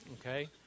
okay